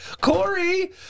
Corey